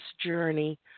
journey